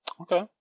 Okay